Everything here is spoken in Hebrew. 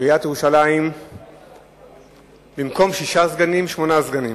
בעיריית ירושלים במקום שישה סגנים, שמונה סגנים.